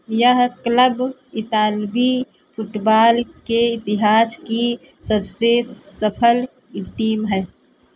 यह क्लब इतालवी फुटबॉल के इतिहास की सबसे सफल टीम है